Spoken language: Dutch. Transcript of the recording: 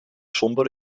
somber